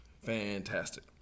Fantastic